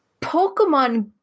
Pokemon